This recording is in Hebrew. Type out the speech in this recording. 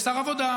יש שר עבודה,